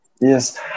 Yes